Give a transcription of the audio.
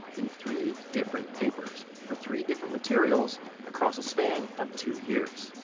in three different papers for three different materials across a span of two years.